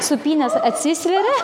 sūpynės atsisveria